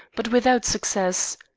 but without success.